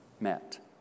met